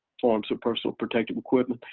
forms of personal protective equipment.